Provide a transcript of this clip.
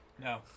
No